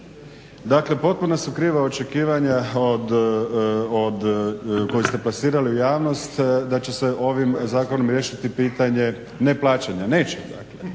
Dakle potpuno su kriva očekivanja koja ste plasirali u javnost da će se ovim zakonom riješiti pitanje neplaćanja. Neće dakle,